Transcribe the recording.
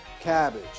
cabbage